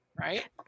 right